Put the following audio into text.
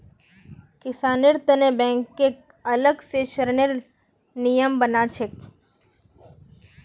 किसानेर तने बैंकक अलग स ऋनेर नियम बना छेक